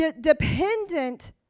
dependent